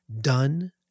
done